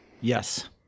Yes